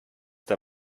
der